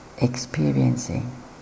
experiencing